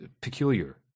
peculiar